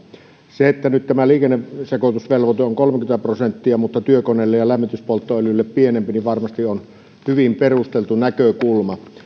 se että nyt tämä liikennesekoitusvelvoite on kolmekymmentä prosenttia mutta työkoneille ja lämmityspolttoöljylle pienempi varmasti on hyvin perusteltu näkökulma